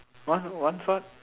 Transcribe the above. once once what